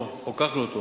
חוקקנו,